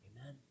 Amen